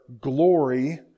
glory